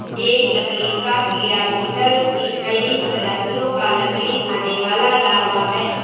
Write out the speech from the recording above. एक लकड़ी का कीड़ा बीटल की कई प्रजातियों का लकड़ी खाने वाला लार्वा है